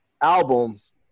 albums